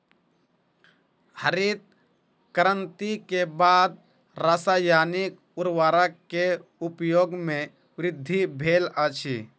हरित क्रांति के बाद रासायनिक उर्वरक के उपयोग में वृद्धि भेल अछि